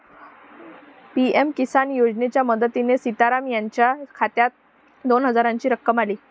PM Kisan योजनेच्या मदतीने सीताराम यांच्या खात्यात दोन हजारांची रक्कम आली